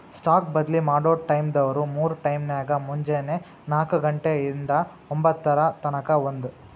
stock ಬದ್ಲಿ ಮಾಡೊ ಟೈಮ್ವ್ಂದ್ರ ಮೂರ್ ಟೈಮ್ನ್ಯಾಗ, ಮುಂಜೆನೆ ನಾಕ ಘಂಟೆ ಇಂದಾ ಒಂಭತ್ತರ ತನಕಾ ಒಂದ್